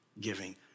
giving